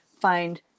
find